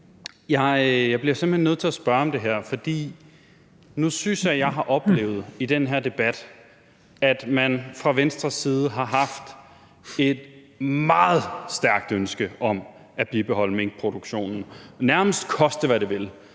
simpelt hen nødt til at spørge om noget. Nu synes jeg, jeg i den her debat har oplevet, at man fra Venstres side har haft et meget stærkt ønske om at bibeholde minkproduktionen, nærmest koste hvad det vil,